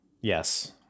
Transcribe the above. Yes